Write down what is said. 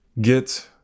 get